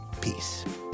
peace